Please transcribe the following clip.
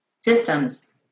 systems